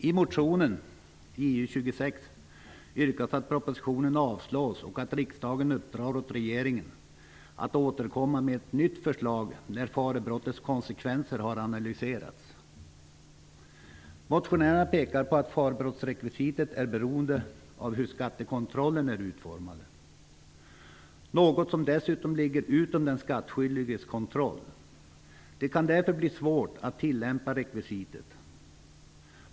I motion Ju26 yrkas att propositionen avslås och att riksdagen uppdrar åt regeringen att återkomma med ett nytt förslag när farebrottets konsekvenser har analyserats. Motionärerna pekar på att farerekvisitet är beroende av hur skattekontrollen är utformad, något som dessutom ligger utom den skattskyldiges kontroll. Det kan därför bli svårt att tillämpa rekvisitet.